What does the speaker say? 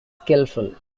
skillful